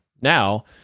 now